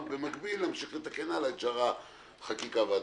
ובמקביל להמשיך לתקן הלאה את שאר בחקיקה והצווים?